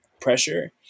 pressure